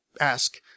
ask